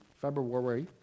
February